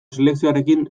selekzioarekin